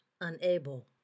unable